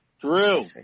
Drew